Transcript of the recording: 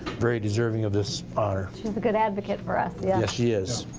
very deserving of this honor. she's a good advocate for us. yes she is.